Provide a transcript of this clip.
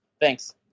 Thanks